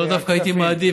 לא, דווקא הייתי מעדיף